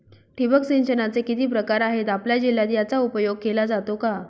ठिबक सिंचनाचे किती प्रकार आहेत? आपल्या जिल्ह्यात याचा उपयोग केला जातो का?